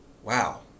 Wow